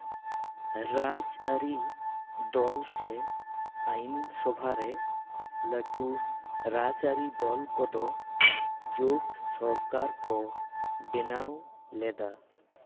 ᱨᱟᱡᱽᱼᱟᱹᱨᱤ ᱫᱚᱞ ᱥᱮ ᱟᱹᱭᱤᱱᱼᱥᱚᱵᱷᱟ ᱨᱮ ᱞᱟᱹᱴᱩ ᱨᱟᱡᱽᱼᱟᱹᱨᱤ ᱫᱚᱞ ᱠᱚᱫᱚ ᱡᱳᱴ ᱥᱚᱨᱠᱟᱨ ᱠᱚ ᱵᱮᱱᱟᱣ ᱞᱮᱫᱟ